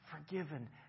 forgiven